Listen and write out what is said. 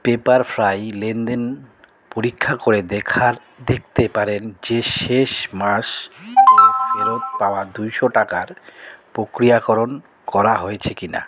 paper fry লেনদেন পরীক্ষা করে দেখার দেখতে পারেন যে শেষ মাস এ ফেরত পাওয়া দুশো টাকার প্রক্রিয়াকরণ করা হয়েছে কিনা